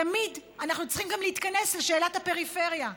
תמיד אנחנו צריכים גם להתכנס לשאלת הפריפריה,